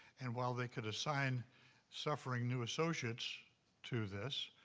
and, while they could assign suffering new associates to this